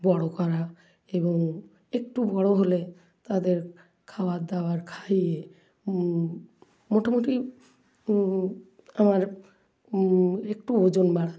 বড়ো করা এবং একটু বড়ো হলে তাদের খাওয়ার দাওয়ার খাইয়ে মোটামোটি আমার একটু ওজন বাড়ানো